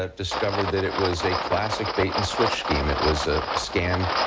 ah discovered that it was a classic bait-and-switch scheme. it was a scam.